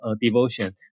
devotion